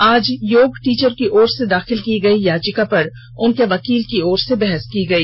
आज योग टीचर की ओर से दाखिल की गई याचिका पर उनके वकील की ओर से बहस की गई